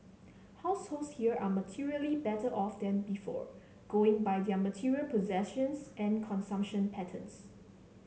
households here are materially better off than before going by their material possessions and consumption patterns